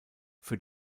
für